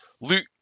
Luke